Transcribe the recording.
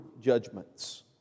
judgments